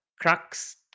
Crux